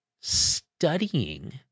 studying